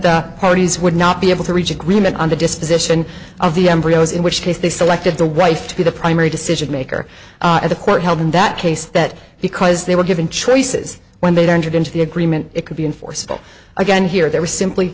the parties would not be able to reach agreement on the disposition of the embryos in which case they selected the right to be the primary decision maker at the court held in that case that because they were given choices when they were entered into the agreement it could be enforceable again here there was simply